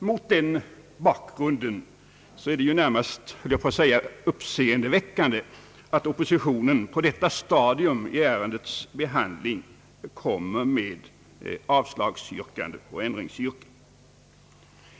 Mot denna bakgrund är det närmast, höll jag på att säga, uppseendeväckande att oppositionen på detta stadium i ärendets behandling kommer med avslagsyrkande.